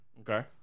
Okay